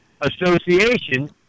association